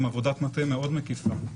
עבודת מטה מאוד מקיפה.